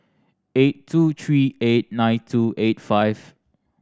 eight two three eight nine two eight five